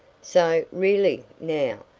so, really, now,